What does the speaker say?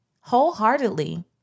wholeheartedly